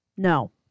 No